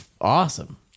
awesome